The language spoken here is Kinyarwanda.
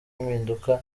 impinduka